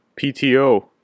pto